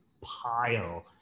pile